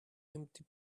empty